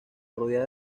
rodeada